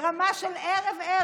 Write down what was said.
ברמה של ערב-ערב,